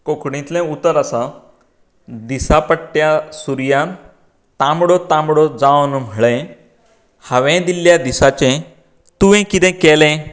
कोंकणीतलें उतर आसा दिसा पडट्या सुर्यान तांबडो तांबडो जावन म्हणलें हांवेन दिल्ल्या दिसाचें तुवें कितें केलें